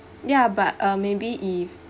ya but uh maybe if